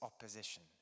opposition